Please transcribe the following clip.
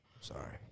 Sorry